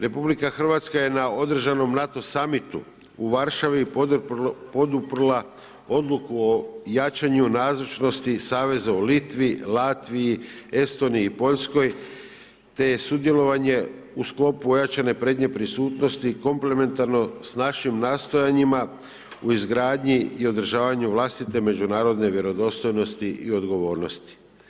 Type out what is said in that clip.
RH je na održanom NATO samitu u Varšavi poduprla odluku o jačanju nazočnosti saveza u Litvi, Latviji, Estoniji i Poljskoj, te je sudjelovanje u sklopu ojačane prednje prisutnosti komplementarno s našim nastojanjima u izgradnji i održavanju vlastite međunarodne vjerodostojnosti i odgovornosti.